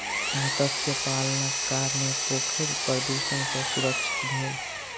मत्स्य पालनक कारणेँ पोखैर प्रदुषण सॅ सुरक्षित भेल